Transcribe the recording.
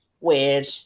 weird